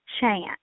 chance